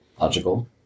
logical